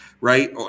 right